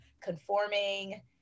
conforming